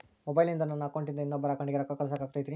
ಮೊಬೈಲಿಂದ ನನ್ನ ಅಕೌಂಟಿಂದ ಇನ್ನೊಬ್ಬರ ಅಕೌಂಟಿಗೆ ರೊಕ್ಕ ಕಳಸಾಕ ಆಗ್ತೈತ್ರಿ?